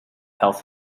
health